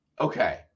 okay